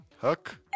Hook